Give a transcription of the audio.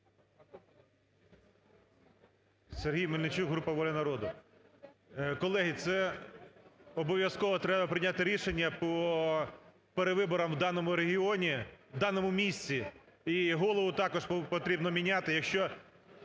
Сергій Мельничук, група "Воля народу". Колеги, це обов'язково треба прийняти рішення по перевиборам в даному регіоні, в даному місті і голову також потрібно міняти, якщо